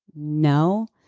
no.